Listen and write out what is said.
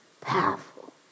powerful